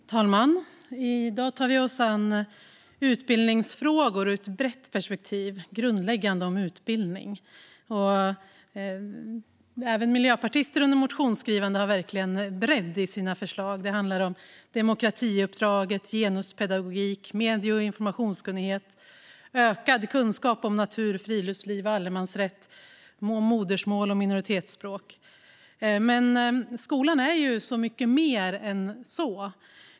Herr talman! I dag tar vi oss an utbildningsfrågor ur ett brett perspektiv - grundläggande om utbildning. Även miljöpartister har verkligen bredd i sina motionsförslag. Det handlar om demokratiuppdraget, om genuspedagogik, om medie och informationskunnighet, om ökad kunskap om natur, friluftsliv och allemansrätt, om modersmål och om minoritetsspråk. Men skolan är mycket mer än så.